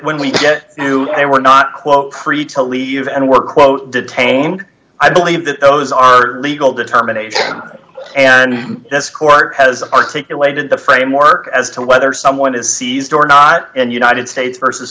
when we knew they were not quote pre to leave and were quote detained i believe that those are legal determination and this court has articulated the framework as to whether someone is seized or not in united states versus